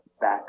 Back